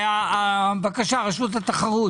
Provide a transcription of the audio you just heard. בבקשה, רשות התחרות.